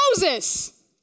Moses